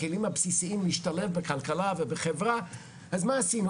הכלים הבסיסיים להשתלב בכלכלה ובחברה אז מה עשינו,